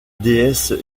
déesse